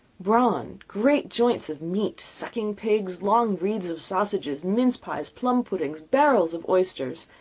brawn, great joints of meat, sucking-pigs, long wreaths of sausages, mince-pies plum-puddings, barrels of oysters,